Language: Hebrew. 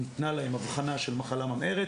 ניתנה להם אבחנה של מחלה ממארת